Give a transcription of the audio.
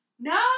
No